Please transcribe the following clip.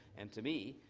and to me,